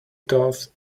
doth